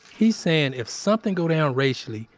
he's saying, if something go down racially,